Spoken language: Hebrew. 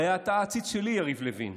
הרי אתה העציץ שלי, יריב לוין,